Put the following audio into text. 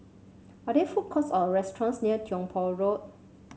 are there food courts or restaurants near Tiong Poh Road